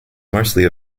mostly